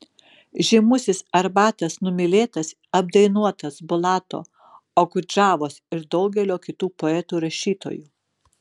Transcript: žymusis arbatas numylėtas apdainuotas bulato okudžavos ir daugelio kitų poetų rašytojų